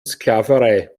sklaverei